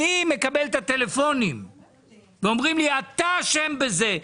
אני מקבל את הטלפונים ואומרים לי: אתה אשם בזה,